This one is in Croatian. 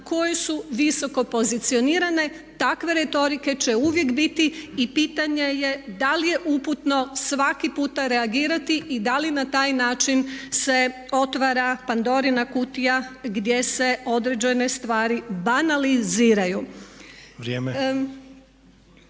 koje su visoko pozicionirane. Takve retorike će uvijek biti i pitanje je da li je uputno svaki puta reagirati i da li na taj način se otvara Pandorina kutija gdje se određene stvari banaliziraju.